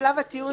בשלב הטיעון,